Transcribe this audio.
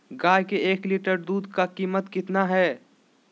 गाय के एक लीटर दूध का कीमत कितना है?